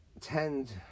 tend